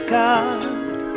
God